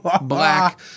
black